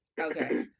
okay